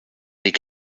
big